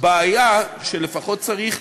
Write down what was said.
בעיה שלפחות צריך